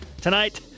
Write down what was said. Tonight